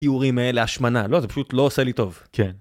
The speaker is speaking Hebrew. התיאורים האלה, השמנה, לא, זה פשוט לא עושה לי טוב, כן.